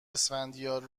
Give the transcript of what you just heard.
اسفندیار